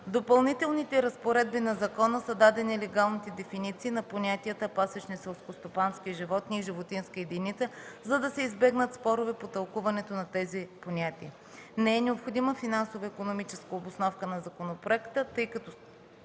Допълнителните разпоредби на закона са дадени легалните дефиниции на понятията „пасищни селскостопански животни” и „животинска единица”, за да се избегнат спорове по тълкуването на тези понятия. Не е необходима финансово-икономическа обосновка на законопроекта, тъй като